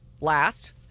last